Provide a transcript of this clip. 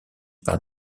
par